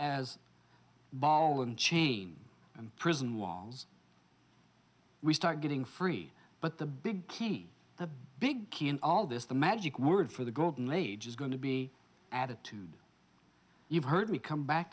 as ball and chain and prison walls we start getting free but the big key the big key in all this the magic word for the golden age is going to be attitude you've heard me come back